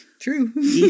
True